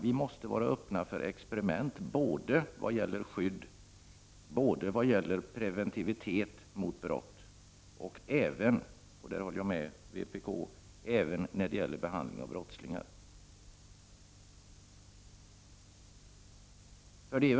Vi måste vara öppna för experiment när det gäller skydd, preventiva åtgärder mot brott och även — därvidlag håller jag med vpk — när det gäller behandling av brottslingar.